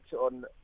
on